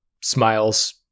smiles